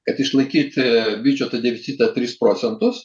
kad išlaikyti biudžeto deficitą tris procentus